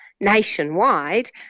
nationwide